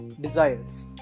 desires